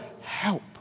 help